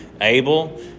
Abel